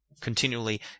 continually